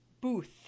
booth